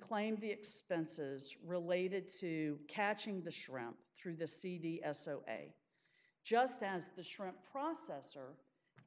claim the expenses related to catching the shrimp through the c d s so ok just as the shrimp processor